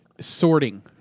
sorting